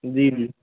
जी जी